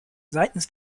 seitens